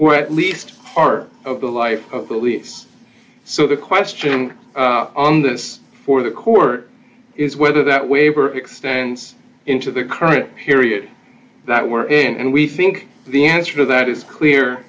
or at least part of the life of the lease so the question on this for the court is whether that waiver extends into the current period that we're in and we think the answer to that is clear